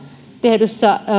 tehdyssä